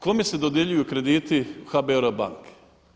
Kome se dodjeljuju krediti HBOR-a banke?